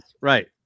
right